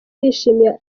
bishimye